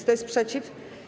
Kto jest przeciw?